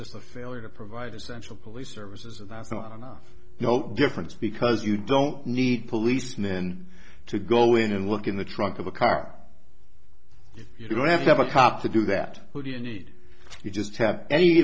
just a failure to provide essential police services and that's not enough difference because you don't need policemen to go in and look in the trunk of a car you don't have to have a cop to do that but you need you just have any